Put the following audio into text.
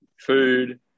food